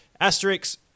Asterix